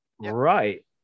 Right